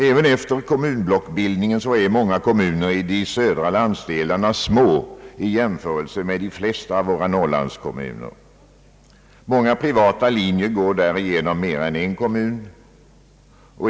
Även efter kommunblocksbildningen är många kommuner i de södra landsdelarna små i jämförelse med de flesta av våra Norrlandskommuner. Många privata linjer går i södra Sverige genom mer än en kommun.